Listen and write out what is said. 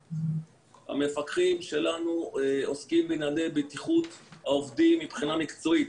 המפקחים שלנו עוסקים בענייני בטיחות העובדים מבחינה מקצועית,